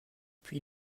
puis